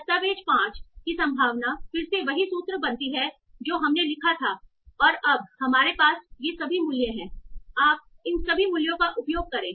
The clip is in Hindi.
दस्तावेज़ 5 की संभावना फिर से वही सूत्र बनती है जो हमने लिखा था और अब हमारे पास ये सभी मूल्य हैं आप इन सभी मूल्यों का उपयोग करें